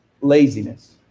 Laziness